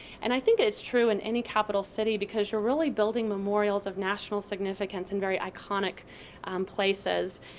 and i think it's true in any capital city because you're really building memorials of national significance in very iconic places.